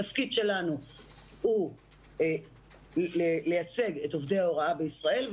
התפקיד שלנו הוא לייצג את עובדי ההוראה בישראל.